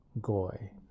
Goy